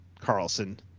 Carlson